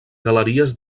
galeries